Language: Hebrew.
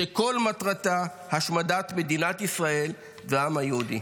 שכל מטרתה השמדת מדינת ישראל והעם היהודי.